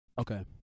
Okay